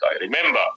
Remember